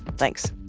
thanks